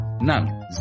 None